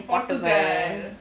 portugal